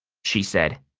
she said.